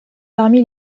parmi